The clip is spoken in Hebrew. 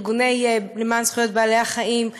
ארגונים למען זכויות בעלי-החיים,